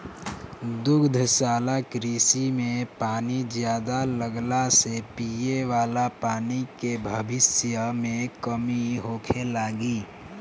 दुग्धशाला कृषि में पानी ज्यादा लगला से पिये वाला पानी के भविष्य में कमी होखे लागि